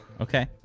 Okay